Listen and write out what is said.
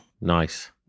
Nice